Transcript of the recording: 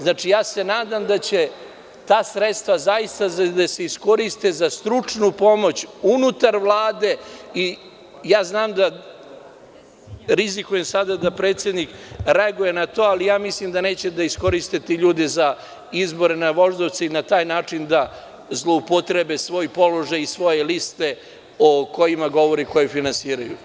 Znači, nadam se da će ta sredstva da se iskoriste za stručnu pomoć unutar Vlade i znam da rizikujem sada da predsednik reaguje na to, ali mislim da neće da iskoriste te ljude za izbore na Voždovcu i da na taj način zloupotrebe svoj položaj i svoje liste koje govore ko ih finansira.